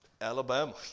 Alabama